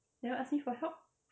never ask me for help